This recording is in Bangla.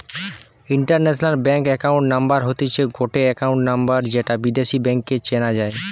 ইন্টারন্যাশনাল ব্যাংক একাউন্ট নাম্বার হতিছে গটে একাউন্ট নম্বর যৌটা বিদেশী ব্যাংকে চেনা যাই